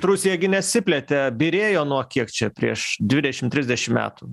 rusija gi nesiplėtė byrėjo nuo kiek čia prieš dvidešim trisdešim metų